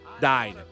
died